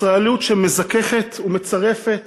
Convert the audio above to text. ישראליות שמזככת ומצרפת